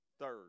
Third